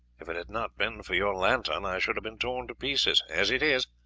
if it had not been for your lantern i should have been torn to pieces. as it is,